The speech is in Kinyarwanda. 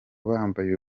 bambaye